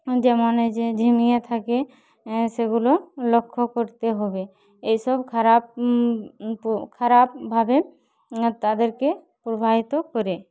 যেমন এই যে ঝিমিয়ে থাকে সেগুলো লক্ষ্য করতে হবে এইসব খারাপ খারাপভাবে তাদেরকে প্রবাহিত করে